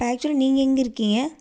அப்போ ஆக்சுவலாக நீங்கள் எங்கே இருக்கீங்கள்